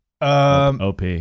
OP